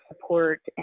support